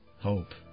hope